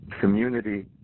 community